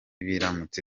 biramutse